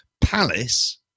Palace